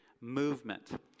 movement